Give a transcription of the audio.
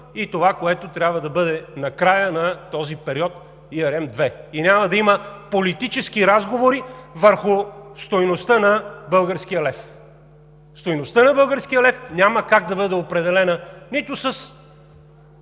и това, което трябва да бъде на края на този период ЕRM ІІ. И няма да има политически разговори върху стойността на българския лев. Стойността на българския лев няма как да бъде определена нито с